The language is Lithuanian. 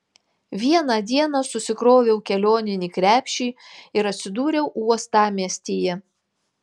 vieną dieną susikroviau kelioninį krepšį ir atsidūriau uostamiestyje